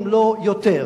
אם לא יותר,